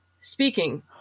speaking